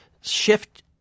shift